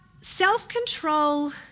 self-control